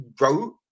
wrote